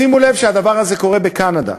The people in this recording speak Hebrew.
שימו לב שהדבר הזה קורה בקנדה.